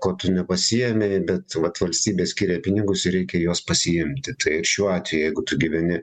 ko tu nepasiėmei bet vat valstybė skiria pinigus ir reikia juos pasiimti tai šiuo atveju jeigu tu gyveni